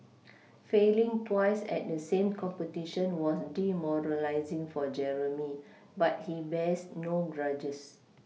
failing twice at the same competition was demoralising for Jeremy but he bears no grudges